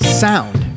sound